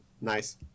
Nice